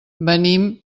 venim